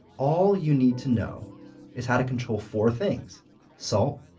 all you need to know is how to control four things salt,